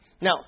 Now